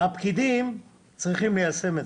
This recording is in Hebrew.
הפקידים צריכים ליישם,